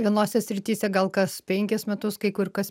vienose srityse gal kas penkis metus kai kur kas